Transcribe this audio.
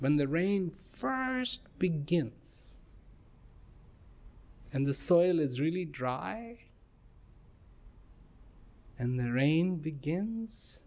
when the rain for ours begins and the soil is really dry and the rain begins